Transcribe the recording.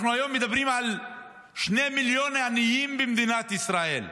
אנחנו היום מדברים על שני מיליון עניים במדינת ישראל.